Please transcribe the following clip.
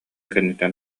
кэнниттэн